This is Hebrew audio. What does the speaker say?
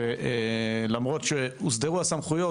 ולמרות שהוסדרו הסמכויות,